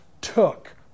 took